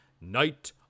Night